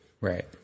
Right